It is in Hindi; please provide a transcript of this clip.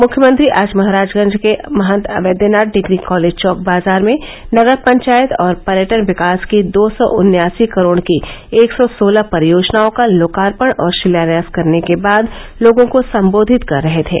मुख्यमंत्री आज महराजगंज के महंत अवेद्यनाथ डिग्री कॉलेज चौक बाजार में नगर पंचायत और पर्यटन विकास की दो सौ उन्यासी करोड़ की एक सौ सोलह परियोजनाओं का लोकार्पण और शिलान्यास करने के बाद लोगों को सम्बोधित कर रहे थे